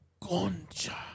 Concha